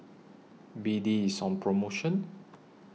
B D IS on promotion